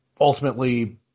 ultimately